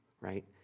right